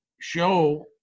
show